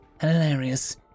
hilarious